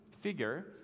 figure